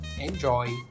Enjoy